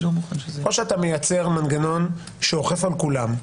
שאתה מייצר מנגנון שאוכף על כולם,